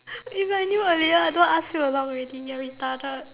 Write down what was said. if I knew earlier I don't want ask you along already you're retarded